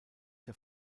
der